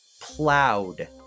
plowed